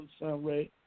Sunray